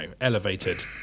elevated